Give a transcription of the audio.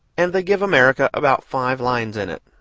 and they give america about five lines in it.